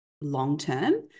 long-term